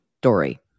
Dory